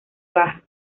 baja